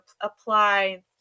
apply